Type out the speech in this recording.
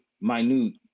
minute